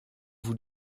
vous